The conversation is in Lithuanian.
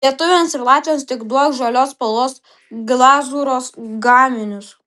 lietuviams ir latviams tik duok žalios spalvos glazūros gaminius